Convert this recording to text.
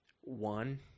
one